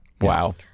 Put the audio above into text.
Wow